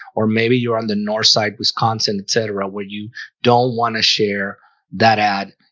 or maybe you're on the north side, wisconsin, etc where you don't want to share that ad,